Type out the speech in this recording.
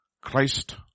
Christ